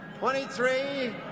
23